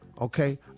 Okay